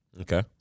Okay